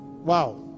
wow